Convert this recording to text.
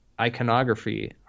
iconography